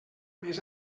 més